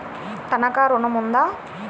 తనఖా ఋణం ఉందా?